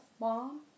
Mom